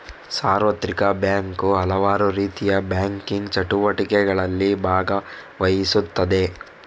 ಸಾರ್ವತ್ರಿಕ ಬ್ಯಾಂಕು ಹಲವಾರುರೀತಿಯ ಬ್ಯಾಂಕಿಂಗ್ ಚಟುವಟಿಕೆಗಳಲ್ಲಿ ಭಾಗವಹಿಸುತ್ತದೆ